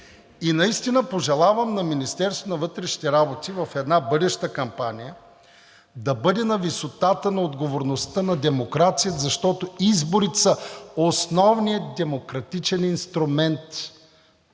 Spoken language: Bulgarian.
И наистина пожелавам на Министерството на вътрешните работи в една бъдеща кампания да бъде на висотата на отговорността на демокрацията, защото изборите са основният демократичен инструмент